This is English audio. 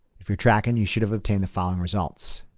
if you're tracking, you should have obtained the following results.